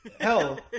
Hell